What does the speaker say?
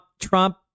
Trump